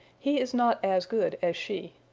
he is not as good as she.